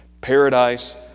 Paradise